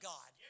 God